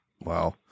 Wow